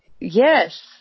yes